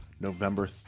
November